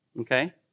Okay